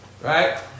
Right